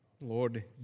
Lord